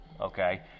okay